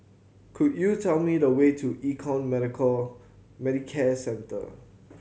could you tell me the way to Econ Medicare Centre